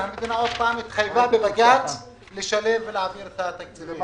על אף שהמדינה התחייבה בבג"ץ לשלם ולהעביר את התקציבים.